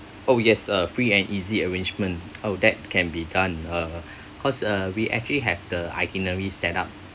oh yes a free and easy arrangement oh that can be done uh cause uh we actually have the itinerary set up